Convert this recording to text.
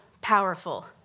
powerful